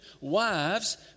wives